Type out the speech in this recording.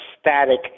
static